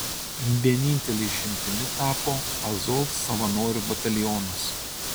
vienintele išimtimi tapo azov savanorių batalionas